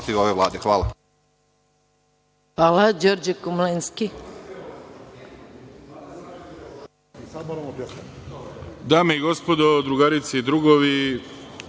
Hvala.